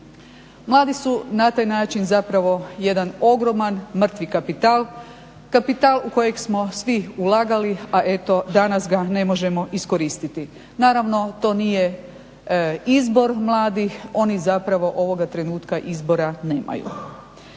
Mladi su na taj način zapravo jedan ogroman mrtvi kapital, kapital u kojeg smo svi ulagali, a eto danas ga ne možemo iskoristiti. Naravno to nije izbor mladih. Oni zapravo ovoga trenutka izbora nemaju.